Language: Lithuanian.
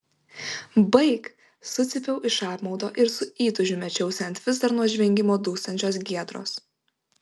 baik sucypiau iš apmaudo ir su įtūžiu mečiausi ant vis dar nuo žvengimo dūstančios giedros